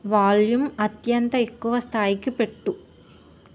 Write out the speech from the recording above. volume అత్యంత ఎక్కువ స్థాయికి పెట్టు